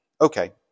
Okay